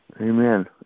Amen